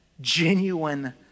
Genuine